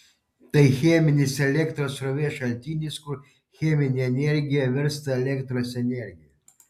tai cheminis elektros srovės šaltinis kur cheminė energija virsta elektros energija